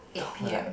no like